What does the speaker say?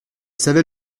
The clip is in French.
savait